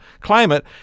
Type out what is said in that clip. climate